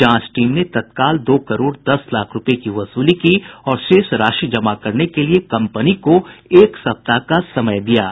जांच टीम ने तत्काल दो करोड़ दस लाख रूपये की वसूली की और शेष राशि जमा करने के लिए कम्पनी को एक सप्ताह का समय दिया है